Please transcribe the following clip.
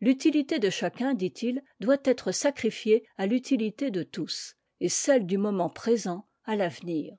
l'utilité de chacun dit-il doit être sacrifiée à l'utilité de tous et celle du moment présent à l'avenir